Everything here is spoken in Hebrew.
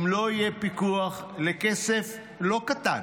אם לא יהיה פיקוח, לכסף לא קטן,